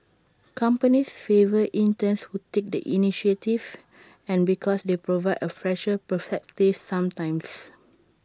companies favour interns who take the initiative and because they provide A fresher perspective sometimes